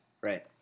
right